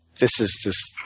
this is just